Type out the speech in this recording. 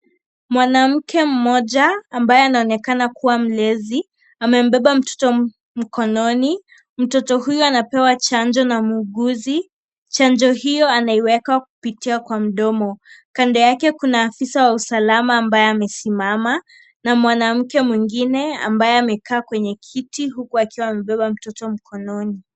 Mwanamke mmoja ambaye anaonekana kuwa mlezi anambeba mtoto mkononi. Mtoto huyu anapewa chanjo na mwuguzi. Chanjo hio anaiweka kupitia kwa mdomo. Kando yake kuna afisa wa usalama ambaye amesimama na mwanamke mwengine ambaye amekaa kwenye kiti huku akiwa amebeba mtoto mkononi.